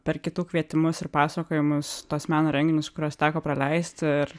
per kitų kvietimus ir pasakojimus tuos meno renginius kuriuos teko praleisti ir